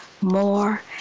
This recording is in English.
more